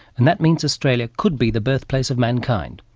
and that means australia could be the birthplace of mankind.